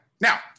Now